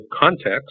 context